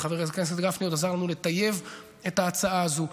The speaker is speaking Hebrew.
וחבר הכנסת גפני עוד עזר לנו לטייב את ההצעה הזו.